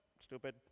stupid